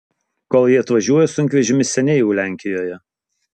kol jie atvažiuoja sunkvežimis seniai jau lenkijoje